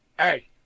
Hey